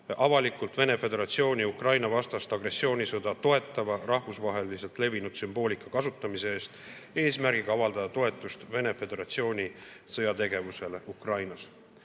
avalikult Venemaa Föderatsiooni Ukraina-vastast agressioonisõda toetava rahvusvaheliselt levinud sümboolika kasutamise eest eesmärgiga avaldada toetust Venemaa Föderatsiooni sõjategevusele Ukrainas.